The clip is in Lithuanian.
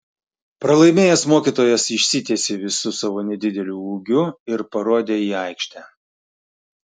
pralaimėjęs mokytojas išsitiesė visu savo nedideliu ūgiu ir parodė į aikštę